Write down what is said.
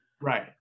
Right